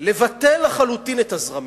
לבטל לחלוטין את הזרמים,